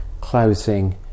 closing